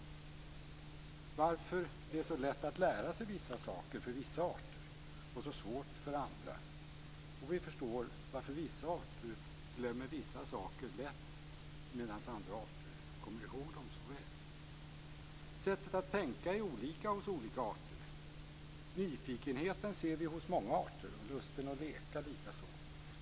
Vi förstår varför det är så lätt att lära sig vissa saker för vissa arter och så svårt för andra. Vi förstår varför vissa arter glömmer vissa saker lätt medan andra arter kommer ihåg dem så väl. Sättet att tänka är olika hos olika arter. Nyfikenheten ser vi hos många arter, lusten att leka likaså.